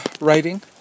Writing